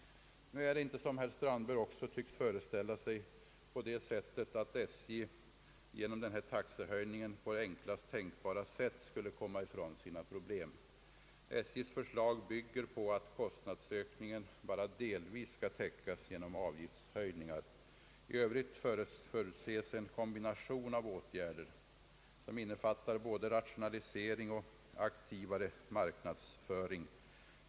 Nu är det inte — som herr Strandberg också tycks föreställa sig — på det sättet att SJ genom taxehöjningen på enklast tänkbara sätt skulle försöka komma ifrån sina problem. SJ:s förslag bygger på att kostnadsökningen bara delvis skall täckas genom avgiftshöjningar. I övrigt förutses en kombination av åtgärder som innefattar både rationalisering och aktivare marknadsföring.